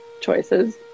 choices